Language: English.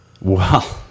Wow